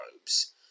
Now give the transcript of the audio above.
robes